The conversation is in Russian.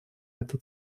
эта